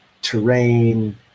terrain